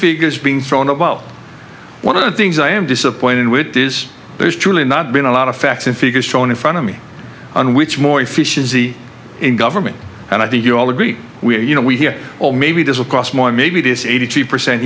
figures being thrown out well one of the things i am disappointed with is there's truly not been a lot of facts and figures thrown in front of me on which more efficiency in government and i think you all agree we're you know we hear oh maybe this will cost more maybe this is eighty percent